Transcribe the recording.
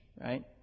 right